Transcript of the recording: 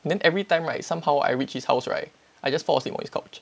then everytime right somehow I reach his house right I just fall asleep on his couch